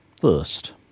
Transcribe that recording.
first